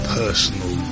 personal